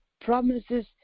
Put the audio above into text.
promises